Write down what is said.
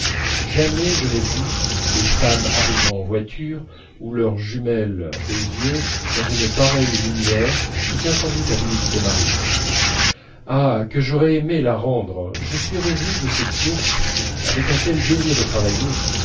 jamais je n'ai vu de femmes arrivant en voiture ou leurs jumelles aux yeux dans une pareille lumière qui tient sans doute à l'humidité marine ah que j'aurais aimé la rendre je suis revenu de ces courses fou avec un tel désir de travailler